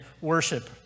worship